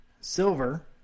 Silver